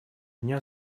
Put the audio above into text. дня